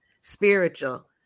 Spiritual